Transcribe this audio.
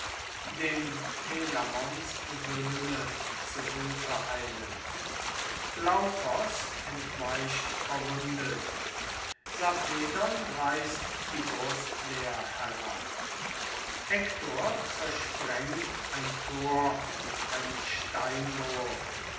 dem telamons söhne zu hilfe eilen glaukos entweicht verwundet sarpedon reißt die brustwehr herab hektor zersprengt ein tor mit einem steinwurf